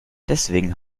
deswegen